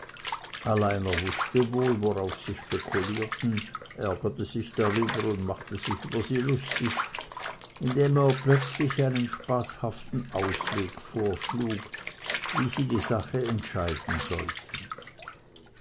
er wußte wohl worauf sie spekulierten ärgerte sich darüber und machte sich über sie lustig indem er plötzlich einen spaßhaften ausweg vorschlug wie sie die sache entscheiden sollten